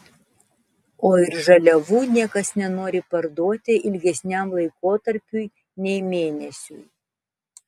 o ir žaliavų niekas nenori parduoti ilgesniam laikotarpiui nei mėnesiui